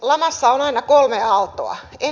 lamassa on aina kolme aaltoa